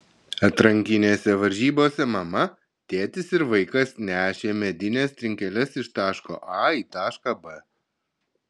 atrankinėse varžybose mama tėtis ir vaikas nešė medines trinkeles iš taško a į tašką b